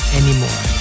anymore